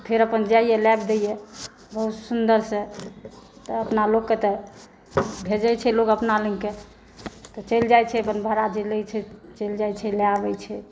तऽ फेर अपन जाइया लाबि दैया बहुत सुन्दरसँ तऽ अपना लोकके तऽ भेजै छै लोक अपना लोक के तऽ चलि जाइ छै अपन भाड़ा जे लै छै चलि जाइ छै लए अबै छै